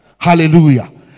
Hallelujah